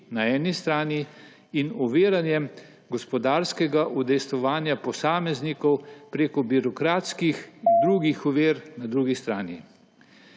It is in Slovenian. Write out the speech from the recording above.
na eni strani in oviranjem gospodarskega udejstvovanja posameznikov preko birokratskih drugih ovir na drugi strani.